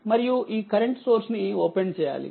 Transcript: మరియుఈకరెంట్ source ని open చేయాలి